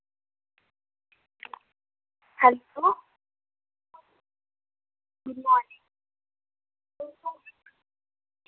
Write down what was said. hello good morning ma'am